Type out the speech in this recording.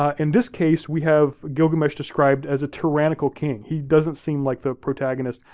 ah in this case, we have gilgamesh described as a tyrannical king. he doesn't seem like the protagonist,